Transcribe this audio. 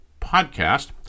podcast